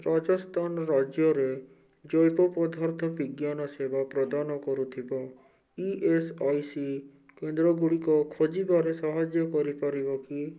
ରାଜସ୍ଥାନ ରାଜ୍ୟରେ ଜୈବପଦାର୍ଥ ବିଜ୍ଞାନ ସେବା ପ୍ରଦାନ କରୁଥିବା ଇ ଏସ୍ ଆଇ ସି କେନ୍ଦ୍ରଗୁଡ଼ିକ ଖୋଜିବାରେ ସାହାଯ୍ୟ କରିପାରିବ କି